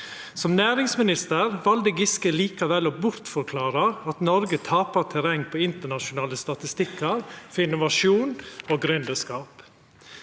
Som næringsminister valde Giske likevel å bortforklara at Noreg tapar terreng på internasjonale statistikkar for innovasjon og gründerskap.